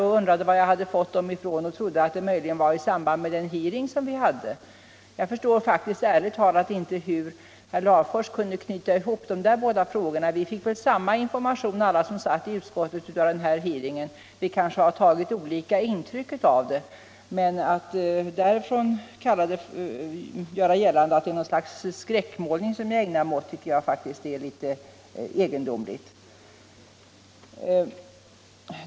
Han undrade var jag hade fått dem ifrån och trodde att de möjligen hade samband med den hearing som vi hade i utskottet. Jag förstår ärligt talat inte hur herr Larfors kunde knyta ihop dessa båda saker. Vi fick väl alla som satt i utskottet samma information vid denna hearing. Vi har kanske tagit olika intryck av den, men att göra gällande att jag ägnar mig åt något slags skräckmålning tycker jag faktiskt är litet egendomligt.